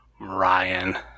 Ryan